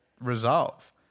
resolve